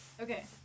Okay